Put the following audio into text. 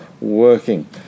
working